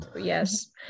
Yes